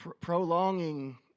prolonging